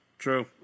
true